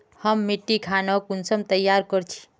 हम मिट्टी खानोक कुंसम तैयार कर छी?